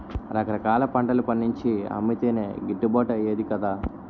రకరకాల పంటలు పండించి అమ్మితేనే గిట్టుబాటు అయ్యేది కదా